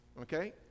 okay